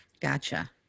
Gotcha